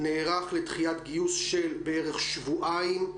נערך לדחיית גיוס של בערך שבועיים,